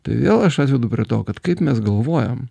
tai vėl aš atvedu prie to kad kaip mes galvojam